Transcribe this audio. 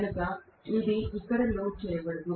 కనుక ఇది ఇక్కడ లోడ్ చేయబడదు